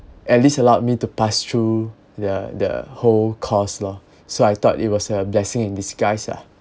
at least allowed me to pass through the the whole course lor so I thought it was a blessing in disguise lah